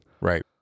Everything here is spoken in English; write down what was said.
Right